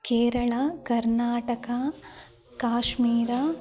केरला कर्नाटका काश्मीरः